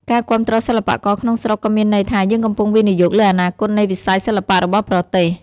ការគាំទ្រសិល្បករក្នុងស្រុកក៏មានន័យថា យើងកំពុងវិនិយោគលើអនាគតនៃវិស័យសិល្បៈរបស់ប្រទេស។